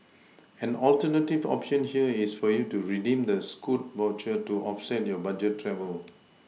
an alternative option here is for you to redeem the Scoot voucher to offset your budget travel